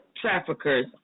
traffickers